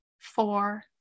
four